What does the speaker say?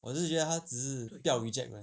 我只是觉得他只是不要 reject 而已